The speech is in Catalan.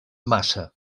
massa